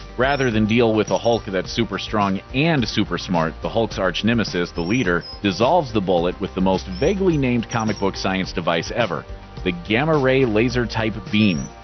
rather than deal with a hulk that's super-strong and super-smart, the hulk's arch-nemesis, the leader, dissolves the bullet with the most vaguely named comic book science device ever the gamma-ray laser-type beam.